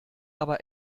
aber